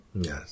yes